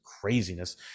craziness